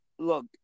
Look